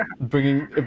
bringing